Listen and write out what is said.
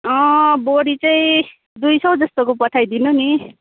अँ बोडी चाहिँ दुई सौ जस्तोको पठाइदिनु नि